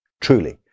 truly